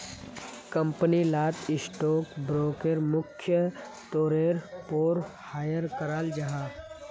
company लात stock broker मुख्य तौरेर पोर हायर कराल जाहा